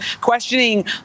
questioning